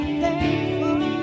thankful